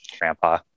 Grandpa